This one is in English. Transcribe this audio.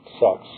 sex